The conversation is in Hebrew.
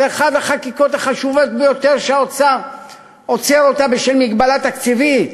זו אחת החקיקות החשובות ביותר שהאוצר עוצר בשל מגבלה תקציבית.